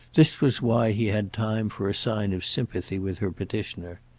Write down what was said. this was why he had time for a sign of sympathy with her petitioner.